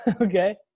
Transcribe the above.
Okay